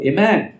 Amen